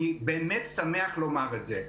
אני באמת שמח לומר את זה.